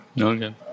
Okay